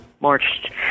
marched